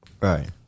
Right